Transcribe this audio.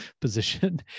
position